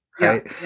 Right